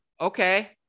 okay